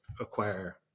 acquire